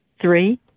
three